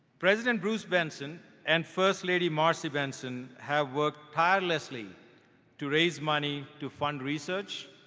president bruce benson and first lady marcy benson have worked tirelessly to raise money to fund research,